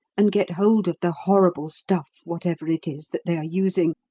and get hold of the horrible stuff, whatever it is, that they are using,